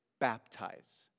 baptize